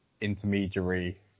intermediary